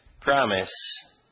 promise